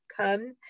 come